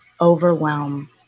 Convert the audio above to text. overwhelm